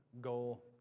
goal